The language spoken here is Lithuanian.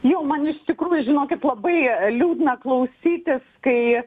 jo man iš tikrųjų žinokit labai liūdna klausytis kai